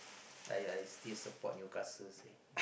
I I still support Newcastle seh